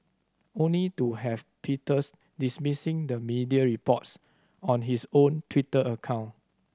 only to have Peters dismissing the media reports on his own Twitter account